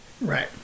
Right